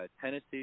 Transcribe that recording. Tennessee